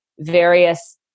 various